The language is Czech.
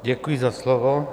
Děkuji za slovo.